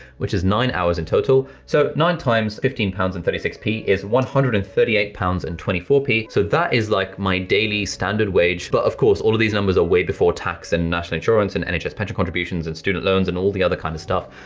which is nine hours in total, so nine times fifteen pounds and thirty six p is one hundred and thirty eight pounds and twenty four p, so that is like my daily standard wage. but of course all of these numbers are way before tax and national insurance and nhs pension contributions and student loans and all the other kinda stuff,